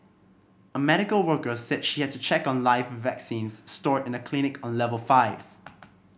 a medical worker said she had to check on live vaccines stored in a clinic on level five